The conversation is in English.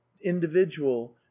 individual